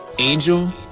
angel